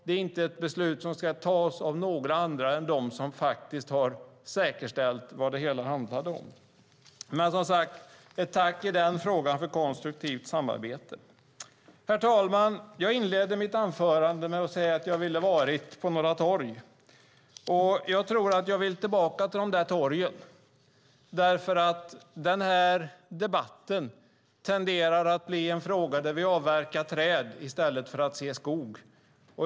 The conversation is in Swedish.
Det är inte ett beslut som fattas av några andra än de som har säkerställt vad det hela handlade om. Tack för ett konstruktivt samarbete i den frågan! Herr talman! Jag inledde mitt anförande med att säga att jag hade velat vara på några torg. Jag tror att jag vill tillbaka till de där torgen därför att den här debatten tenderar att bli en fråga där vi avverkar träd i stället för att se skog.